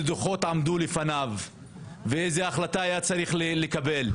דוחות עמדו לפניו ואיזה החלטה היה צריך לקבל,